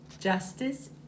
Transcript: justice